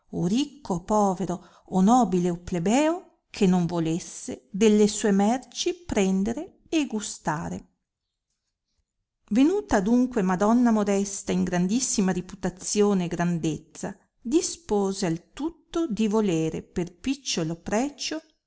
ricco o povero o nobile o plebeo che non volesse delle sue merci prendere e gustare venuta adunque madonna modesta in grandissima riputazione e grandezza dispose al tutto di volere per picciolo precio